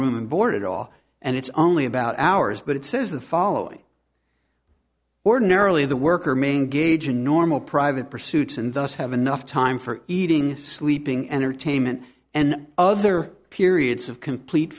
room and board at all and it's only about hours but it says the following ordinarily the worker main gauge a normal private pursuits and thus have enough time for eating sleeping entertainment and other periods of complete